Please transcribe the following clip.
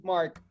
Mark